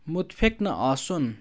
مُتفِق نہ آسُن